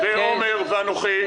עומר ינקלביץ' ואנוכי.